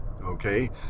Okay